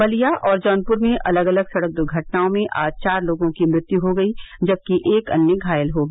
बलिया और जौनपुर में अलग अलग सड़क दुर्घटनाओं में आज चार लोगों की मृत्यु हो गयी जबकि एक अन्य घायल हो गया